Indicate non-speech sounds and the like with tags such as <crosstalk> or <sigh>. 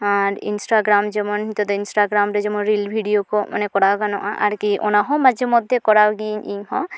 ᱟᱨ Instagram ᱡᱮᱢᱚᱱ <unintelligible> Instagram ᱨᱮ reel video ᱠᱚ ᱢᱟᱱᱮ ᱠᱚᱨᱟᱣ ᱜᱟᱱᱚᱜᱼᱟ ᱟᱨᱠᱤ ᱚᱱᱟᱦᱚᱸ ᱢᱟᱡᱷᱮ ᱢᱚᱫᱽᱫᱷᱮ ᱠᱚᱨᱟᱣ ᱜᱤᱭᱟᱹᱧ ᱤᱧᱦᱚᱸ